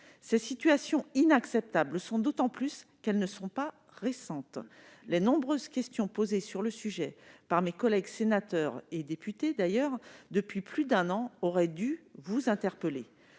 Ces situations inacceptables le sont d'autant plus qu'elles ne sont pas récentes. Les nombreuses questions posées à ce sujet par mes collègues sénateurs et députés, depuis plus d'un an, auraient dû vous interpeller.